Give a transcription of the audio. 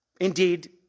indeed